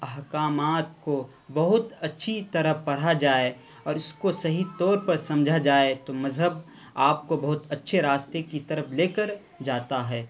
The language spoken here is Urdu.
احکامات کو بہت اچھی طرح پڑھا جائے اور اس کو صحیح طور پر سمجھا جائے تو مذہب آپ کو بہت اچھے راستے کی طرف لے کر جاتا ہے